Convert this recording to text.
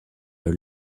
are